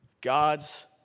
God's